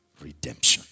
redemption